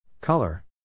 Color